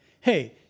Hey